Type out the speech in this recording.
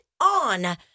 on